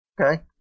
Okay